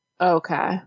Okay